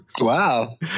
Wow